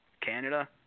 Canada